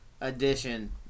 edition